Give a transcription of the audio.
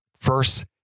First